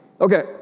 Okay